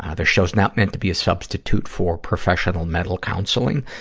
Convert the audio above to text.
ah this show's not meant to be a substitute for professional mental counseling.